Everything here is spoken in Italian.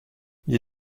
gli